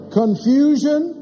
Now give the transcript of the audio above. confusion